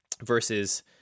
versus